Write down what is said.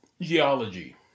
geology